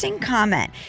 comment